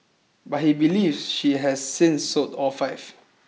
but he believes she has since sold all five